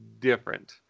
different